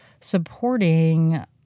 supporting –